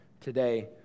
today